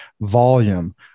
volume